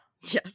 Yes